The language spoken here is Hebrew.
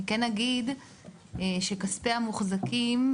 אני כן אגיד שכספי המוחזקים,